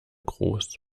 groß